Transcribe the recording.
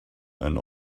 and